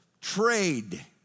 trade